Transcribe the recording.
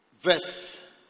Verse